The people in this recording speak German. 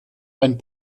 ein